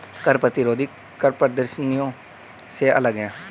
कर प्रतिरोधी कर प्रदर्शनकारियों से अलग हैं